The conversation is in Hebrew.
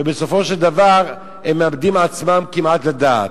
ובסופו של דבר הם מאבדים עצמם כמעט לדעת.